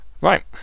Right